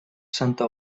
santa